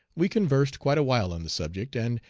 we conversed quite a while on the subject, and,